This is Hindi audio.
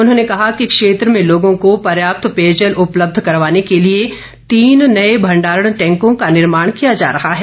उन्होंने कहा कि क्षेत्र में लोगों को पर्याप्त पेयजल उपलब्ध करवाने के लिए तीन नए भंडारण टैंको का निर्माण किया जा रहा है